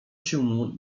się